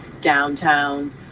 downtown